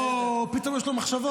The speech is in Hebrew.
אוה, פתאום יש לו מחשבות.